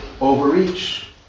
overreach